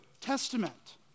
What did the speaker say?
Testament